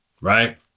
Right